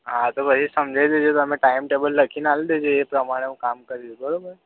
હા તો પછી સમજાવી દેજો તમે ટાઈમ ટેબલ લખીને આપી દેજો એ પ્રમાણે હું કામ કરીશ બરાબર